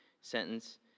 sentence